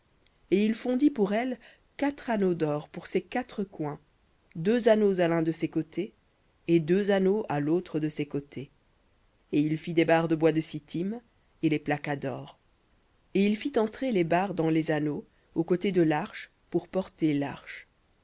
et il fondit pour elle quatre anneaux d'or pour ses quatre coins deux anneaux à l'un de ses côtés et deux anneaux à l'autre de ses côtés et il fit des barres de bois de sittim et les plaqua dor et il fit entrer les barres dans les anneaux aux côtés de l'arche pour porter l'arche